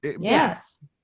Yes